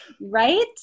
Right